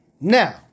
now